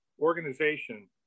organization